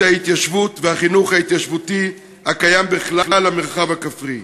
ההתיישבות והחינוך ההתיישבותי בכלל המרחב הכפרי: